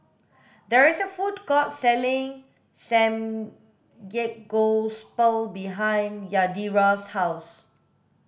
there is a food court selling Samgeyopsal behind Yadira's house